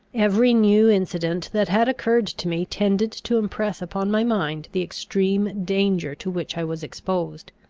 every new incident that had occurred to me tended to impress upon my mind the extreme danger to which i was exposed.